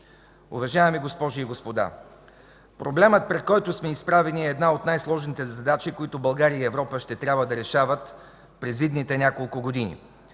Уважаеми госпожи и господа, проблемът, пред който сме изправени, е една от най-сложните задачи, които България и Европа ще трябва да решават през идните няколко години.